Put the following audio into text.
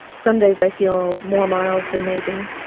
some days i feel more miles than megan,